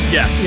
Yes